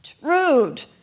rude